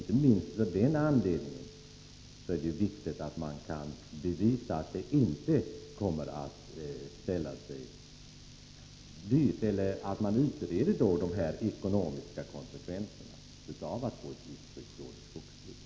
Inte minst av den anledningen är det viktigt att man utreder de ekonomiska konsekvenserna av ett giftfritt jordoch skogsbruk.